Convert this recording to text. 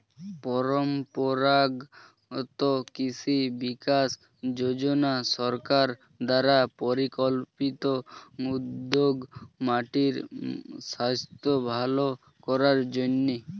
পরম্পরাগত কৃষি বিকাশ যোজনা সরকার দ্বারা পরিকল্পিত উদ্যোগ মাটির স্বাস্থ্য ভাল করার জন্যে